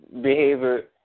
behavior